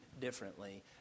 differently